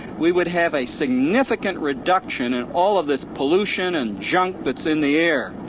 we would have a significant reduction in all of this pollution and junk that's in the air.